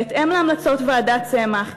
בהתאם להמלצות ועדת צמח,